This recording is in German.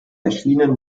erschienen